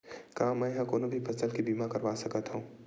का मै ह कोनो भी फसल के बीमा करवा सकत हव?